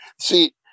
See